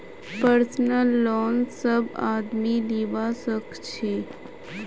personal loan सब आदमी लीबा सखछे